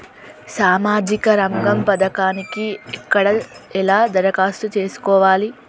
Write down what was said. సామాజిక రంగం పథకానికి ఎక్కడ ఎలా దరఖాస్తు చేసుకోవాలి?